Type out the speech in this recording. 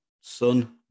Sun